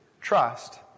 trust